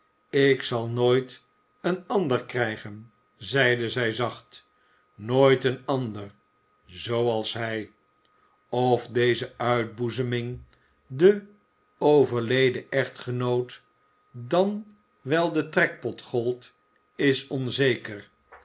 ik zal nooit een ander krijgen zeide zij zacht nooit een ander zooals hij of deze uitboezeming den overleden echtgenoot dan wel den trekpot gold is onzeker